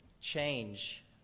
change